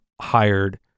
hired